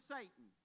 Satan